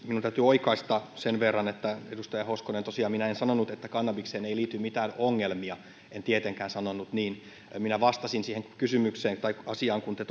oikaista sen verran edustaja hoskonen että tosiaan minä en sanonut että kannabikseen ei liity mitään ongelmia en tietenkään sanonut niin minä vastasin siihen asiaan kun te